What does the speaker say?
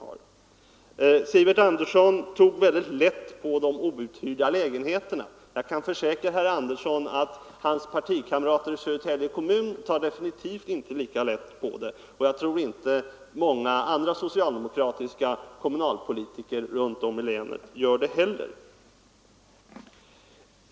Herr Sivert Andersson i Stockholm tog mycket lätt på de outhyrda lägenheterna, men jag kan försäkra att hans partikamrater i Södertälje kommun definitivt inte tar lika lätt på den frågan. Och jag tror att många andra socialdemokratiska kommunalpolitiker runt om i länet inte gör det heller.